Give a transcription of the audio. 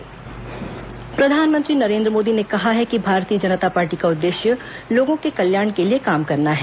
प्रधानमंत्री संवाद प्रधानमंत्री नरेन्द्र मोदी ने कहा है कि भारतीय जनता पार्टी का उद्देश्य लोगों के कल्याण के लिए काम करना है